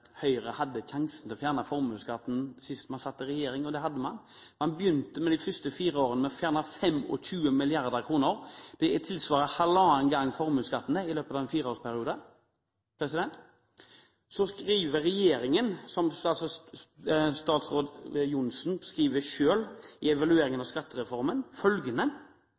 Høyre hadde sjansen til å fjerne formuesskatten sist vi satt i regjering, og det hadde vi. Man begynte de første fire årene med å fjerne 25 mrd. kr. Det tilsvarer halvannen gang formuesskatten, det, i løpet av en fireårsperiode. I evalueringen om skattereformen skriver statsråd Johnsen selv følgende: